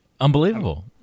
unbelievable